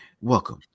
Welcome